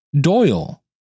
Doyle